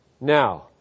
Now